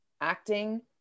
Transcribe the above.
acting